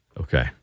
Okay